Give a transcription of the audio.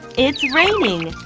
it's raining.